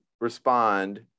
respond